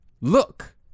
look